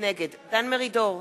נגד דן מרידור,